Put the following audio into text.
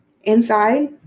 inside